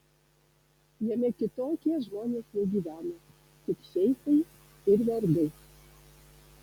jame kitokie žmonės negyveno tik šeichai ir vergai